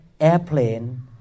airplane